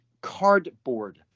cardboard